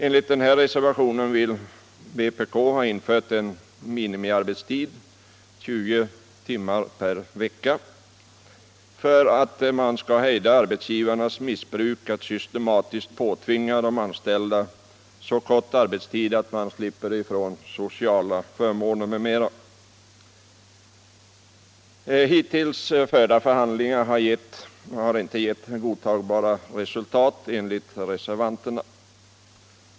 Enligt den reservationen vill vpk ha en minimiarbetstid införd — 20 timmar per vecka — för att man skall hejda arbetsgivarnas missbruk att systematiskt påtvinga de anställda så kort arbetstid att de inte får sociala förmåner m.m. Hittills förda förhandlingar har inte gett godtagbart resultat, enligt reservanterna.